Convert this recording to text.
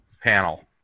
panel